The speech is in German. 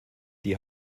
die